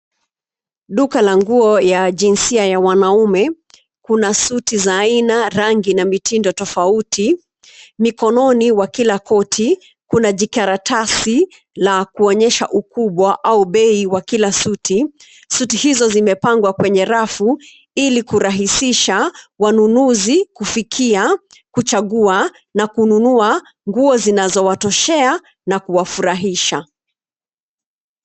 Duka la nguo ya jinsia ya wanaume kuna suti za aina, rangi na mitindo tofauti. Mikononi wa kila koti kuna jikaratasi la kuonyesha ukubwa au bei wa kila suti. Suti hizo zimepangwa kwenye rafu ili kurahisisha wanunuzi kufikia, kuchagua na kununua nguo zinazowatoshea na kuwafurahisha.